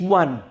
one